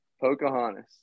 Pocahontas